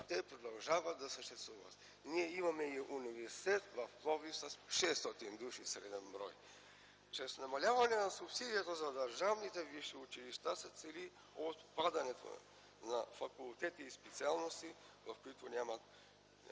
те продължават да съществуват. Ние имаме и университет в Пловдив с 600 души среден брой. Чрез намаляване на субсидията за държавните висши училища се цели отпадането на факултети и специалности, които нямат